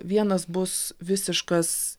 vienas bus visiškas